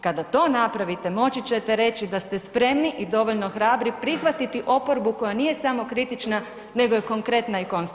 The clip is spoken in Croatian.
Kada to napravite moći ćete reći da ste spremni i dovoljno hrabri prihvatiti oporbu koja nije samo kritična nego je konkretna i konstruktivna.